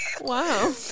Wow